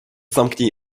zamknij